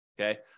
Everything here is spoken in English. Okay